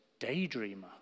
daydreamer